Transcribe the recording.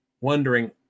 wondering